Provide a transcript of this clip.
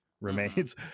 remains